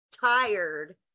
tired